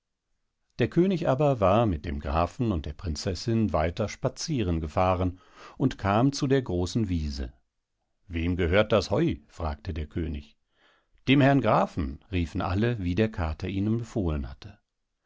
der könig aber war mit dem grafen und der prinzessin weiter spatzieren gefahren und kam zu der großen wiese wem gehört das heu fragte der könig dem herrn grafen riefen alle wie der kater ihnen befohlen hatte